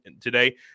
today